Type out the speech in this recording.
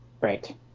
Right